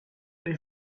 they